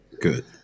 Good